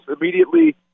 immediately